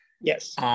Yes